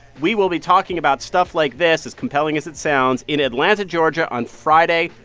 we will be talking about stuff like this, as compelling as it sounds, in atlanta, ga, on friday,